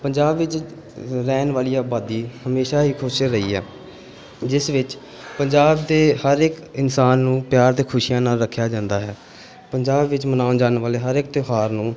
ਪੰਜਾਬ ਵਿੱਚ ਰਹਿਣ ਵਾਲੀ ਆਬਾਦੀ ਹਮੇਸ਼ਾ ਹੀ ਖੁਸ਼ ਰਹੀ ਹੈ ਜਿਸ ਵਿੱਚ ਪੰਜਾਬ ਦੇ ਹਰ ਇੱਕ ਇਨਸਾਨ ਨੂੰ ਪਿਆਰ ਅਤੇ ਖੁਸ਼ੀਆਂ ਨਾਲ ਰੱਖਿਆ ਜਾਂਦਾ ਹੈ ਪੰਜਾਬ ਵਿੱਚ ਮਨਾਉਣ ਜਾਣ ਵਾਲੇ ਹਰ ਇੱਕ ਤਿਉਹਾਰ ਨੂੰ